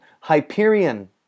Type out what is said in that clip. Hyperion